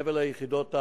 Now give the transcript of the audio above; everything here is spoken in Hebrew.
מעבר ליחידות,